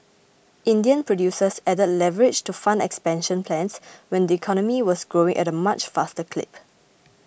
Indian producers added leverage to fund expansion plans when the economy was growing at a much faster clip